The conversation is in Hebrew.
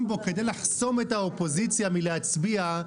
בתקנון כדי לחסום את האופוזיציה מלהצביע,